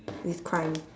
with crime